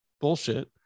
bullshit